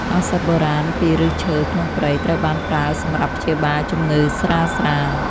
ឱសថបុរាណពីឫសឈើក្នុងព្រៃត្រូវបានប្រើសម្រាប់ព្យាបាលជំងឺស្រាលៗ។